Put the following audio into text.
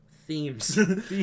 Themes